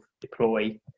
deploy